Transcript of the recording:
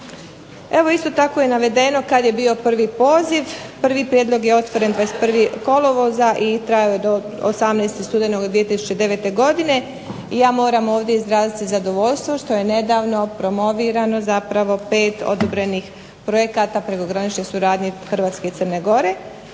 Evo isto tako je navedeno kad je bio prvi poziv. Prvi prijedlog je ostvaren 21. kolovoza i trajao je do 18. studenog 2009. godine, i ja moram ovdje izraziti zadovoljstvo što je nedavno promovirano zapravo 5 odobrenih projekata prekogranične suradnje Hrvatske i Crne Gore,